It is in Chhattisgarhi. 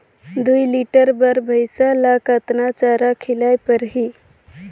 दुई लीटर बार भइंसिया ला कतना चारा खिलाय परही?